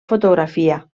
fotografia